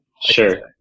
Sure